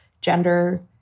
gender